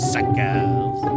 Suckers